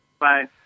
Bye